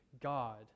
God